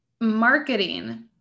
marketing